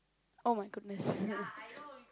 oh-my-goodness